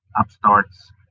upstarts